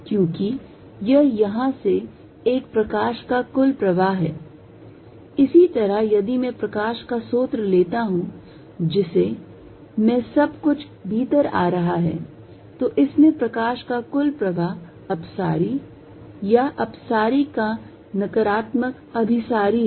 क्योंकि यह यहाँ से एक प्रकाश का कुल प्रवाह है इसी तरह यदि मैं प्रकाश का स्रोत लेता हूं जिसमें सब कुछ भीतर आ रहा है तो इसमें प्रकाश का कुल प्रवाह अपसारी या अपसारी का नकारात्मक अभिसारी है